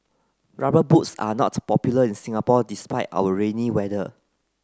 rubber boots are not popular in Singapore despite our rainy weather